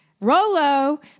Rolo